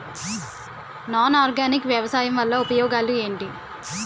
Non organic వ్యవసాయం వల్ల ఉపయోగాలు ఏంటీ?